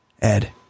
Ed